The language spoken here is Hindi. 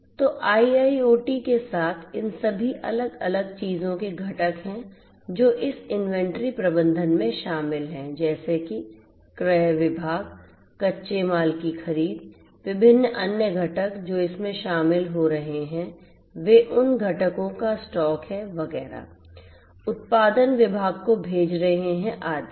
तो आईआईओटी के साथ इन सभी अलग अलग चीजों के घटक हैं जो इस इन्वेंट्री प्रबंधन में शामिल हैं जैसे कि क्रय विभाग कच्चे माल की खरीद विभिन्न अन्य घटक जो इसमें शामिल हो रहे हैं वे उन घटकों का स्टॉक हैं वगैरह उत्पादन विभाग को भेज रहे हैं आदि